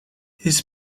his